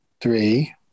three